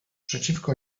przeciwko